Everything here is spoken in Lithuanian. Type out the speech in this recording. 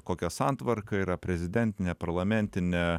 kokia santvarka yra prezidentinė parlamentinė